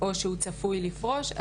או שהוא צפוי לפרוש,